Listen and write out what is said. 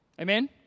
Amen